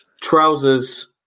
trousers